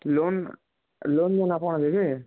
loan loan ନେଲେ ଆପଣ ଦେବେ